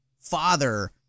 father